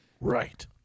Right